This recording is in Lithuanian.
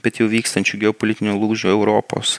bet jau vykstančių geopolitinių lūžių europos